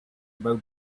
about